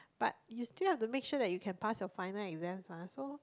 but you still have to make sure that you can pass your final exams mah so